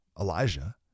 Elijah